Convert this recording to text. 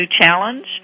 challenge